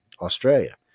Australia